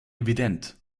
evident